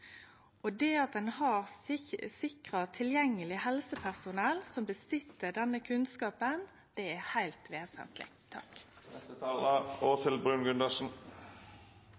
og kontakt. At ein er sikra å ha tilgjengeleg helsepersonell som har denne kunnskapen, er heilt vesentleg.